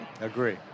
Agree